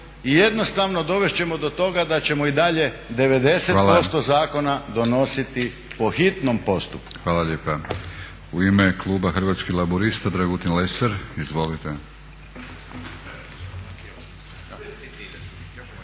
i jednostavno dovest ćemo do toga da ćemo i dalje 90% zakona donositi po hitnom postupku.